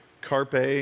carpe